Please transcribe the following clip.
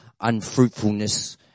unfruitfulness